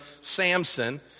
Samson